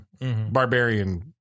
barbarian